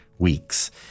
weeks